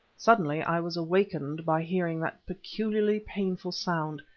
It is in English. suddenly i was awakened by hearing that peculiarly painful sound,